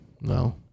No